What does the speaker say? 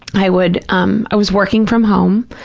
i would, um i was working from home,